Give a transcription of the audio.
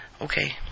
okay